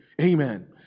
Amen